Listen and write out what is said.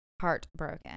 heartbroken